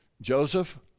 Joseph